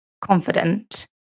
Confident